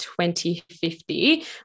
2050